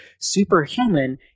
Superhuman